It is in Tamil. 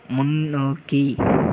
முன்னோக்கி